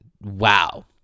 wow